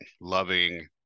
loving